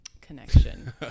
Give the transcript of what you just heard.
connection